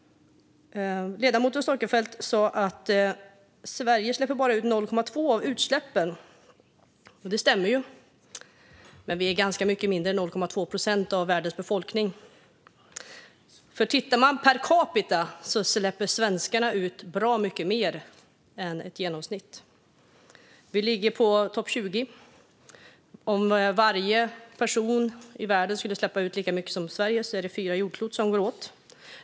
Ledamoten Storckenfeldt sa att Sverige bara står för 0,2 procent av utsläppen. Det stämmer, men vi är ganska mycket mindre än 0,2 procent av världens befolkning. Tittar man på utsläppen per capita släpper svenskarna ut bra mycket mer än genomsnittet. Vi ligger på topp 20. Om varje person i världen skulle släppa ut lika mycket som vi i Sverige gör går det åt fyra jordklot.